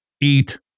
eat